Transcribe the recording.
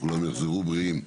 שכולם יחזרו בריאים.